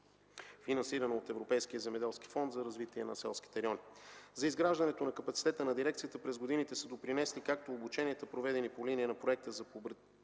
финансирана от Европейския земеделски фонд за развитие на селските райони. За изграждането на капацитета на дирекцията през годините са допринесли както обученията, проведени по линия на Проекта за побратимяване